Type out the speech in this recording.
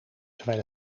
terwijl